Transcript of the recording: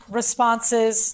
responses